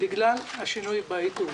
בגלל השינוי בעיתוי.